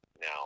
now